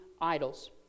idols